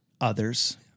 others